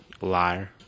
liar